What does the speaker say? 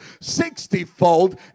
sixtyfold